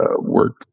work